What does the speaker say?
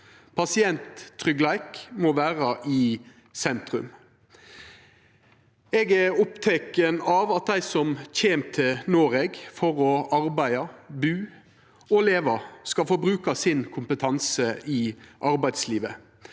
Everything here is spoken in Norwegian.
Pasienttryggleik må vera i sentrum. Eg er oppteken av at dei som kjem til Noreg for å arbeida, bu og leva, skal få bruka kompetansen sin i arbeidslivet.